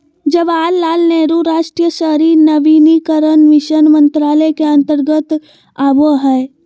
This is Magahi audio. जवाहरलाल नेहरू राष्ट्रीय शहरी नवीनीकरण मिशन मंत्रालय के अंतर्गत आवो हय